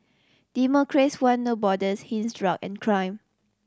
democrats want No Borders hence drug and crime